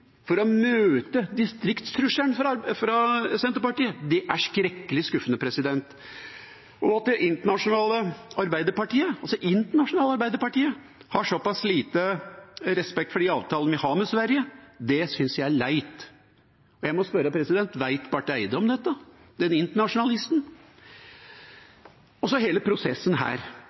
for å møte distriktstrusselen fra Senterpartiet, er skrekkelig skuffende. Og at det internasjonale Arbeiderpartiet – altså det internasjonale Arbeiderpartiet – har såpass lite respekt for de avtalene vi har med Sverige, synes jeg er leit. Jeg må spørre: Vet Barth Eide, internasjonalisten, om dette? Så til hele prosessen her: